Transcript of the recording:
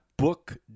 book